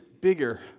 bigger